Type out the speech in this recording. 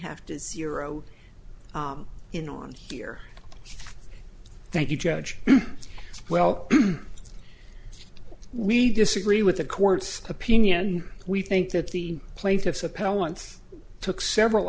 have to zero in on here thank you judge well we disagree with the court's opinion we think that the plaintiffs appellants took several